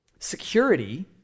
Security